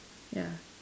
ya